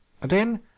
Then